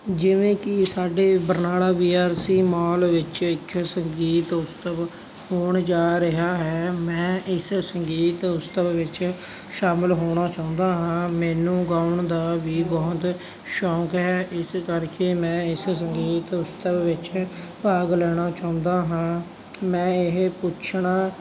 ਜਿਵੇਂ ਕਿ ਸਾਡੇ Barnala B R C mall ਵਿੱਚ ਇਕ ਸੰਗੀਤ ਉਤਸਵ ਹੋਣ ਜਾ ਰਿਹਾ ਹੈ ਮੈਂ ਇਸ ਸੰਗੀਤ ਉਤਸਵ ਵਿੱਚ ਸ਼ਾਮਲ ਹੋਣਾ ਚਾਹੁੰਦਾ ਹਾਂ ਮੈਨੂੰ ਗਾਉਣ ਦਾ ਵੀ ਬਹੁਤ ਸ਼ੌਂਕ ਹੈ ਇਸ ਕਰਕੇ ਮੈਂ ਇਸ ਸੰਗੀਤ ਉਤਸਵ ਵਿੱਚ ਭਾਗ ਲੈਣਾ ਚਾਹੁੰਦਾ ਹਾਂ ਮੈਂ ਇਹ ਪੁੱਛਣਾ